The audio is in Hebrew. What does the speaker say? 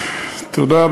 תודה.